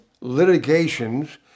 litigations